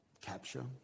capture